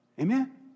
Amen